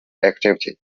activity